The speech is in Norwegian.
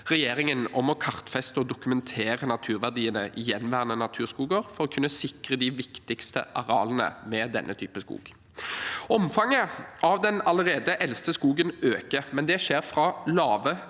og gammelskog kartfeste og dokumentere naturverdiene i gjenværende naturskoger for å kunne sikre de viktigste arealene med den typen skog. Omfanget av den aller eldste skogen øker, men det skjer fra lave